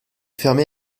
fermé